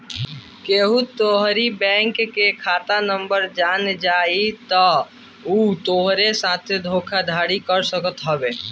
केहू तोहरी बैंक के खाता नंबर जान जाई तअ उ तोहरी साथे धोखाधड़ी कर सकत हवे